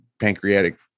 pancreatic